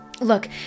Look